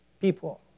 people